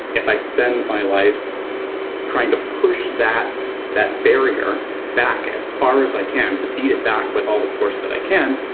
if i spend my life trying to push that that barrier back as far as i can, to beat it back with all the force that i can,